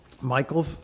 Michael